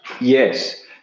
Yes